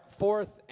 fourth